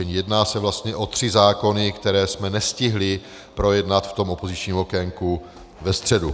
Jedná se vlastně o tři zákony, které jsme nestihli projednat v tom opozičním okénku ve středu.